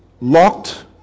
locked